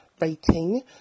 rating